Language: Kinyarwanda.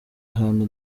ahantu